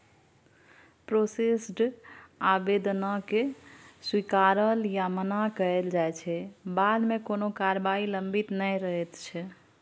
processed आबेदनकेँ स्वीकारल या मना कएल जाइ छै बादमे कोनो कारबाही लंबित नहि रहैत छै